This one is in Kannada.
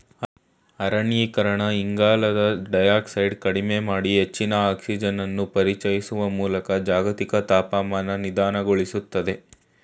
ಅರಣ್ಯೀಕರಣ ಇಂಗಾಲದ ಡೈಯಾಕ್ಸೈಡ್ ಕಡಿಮೆ ಮಾಡಿ ಹೆಚ್ಚಿನ ಆಕ್ಸಿಜನನ್ನು ಪರಿಚಯಿಸುವ ಮೂಲಕ ಜಾಗತಿಕ ತಾಪಮಾನ ನಿಧಾನಗೊಳಿಸ್ತದೆ